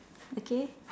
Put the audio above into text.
okay